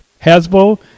Hasbro